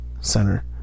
center